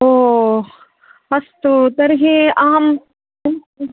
ओ अस्तु तर्हि अहं किञ्चित्